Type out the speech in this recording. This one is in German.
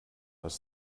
was